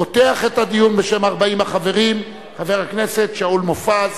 פותח את הדיון בשם 40 החברים חבר הכנסת שאול מופז.